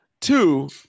Two